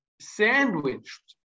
sandwiched